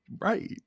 right